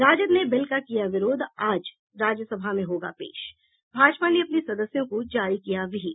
राजद ने बिल का किया विरोध आज राज्यसभा में होगा पेश भाजपा ने अपने सदस्यों को जारी किया व्हिप